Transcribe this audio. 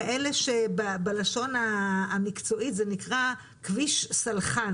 שבלשון המקצועית זה נקרא כביש סלחן.